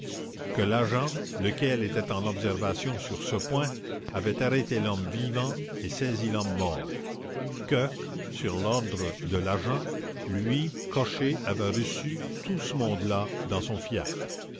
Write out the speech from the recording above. que l'agent lequel était en observation sur ce point avait arrêté l'homme vivant et saisi l'homme mort que sur l'ordre de l'agent lui cocher avait reçu tout ce monde-là dans son fiacre